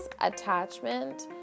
attachment